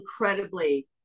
incredibly